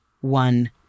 one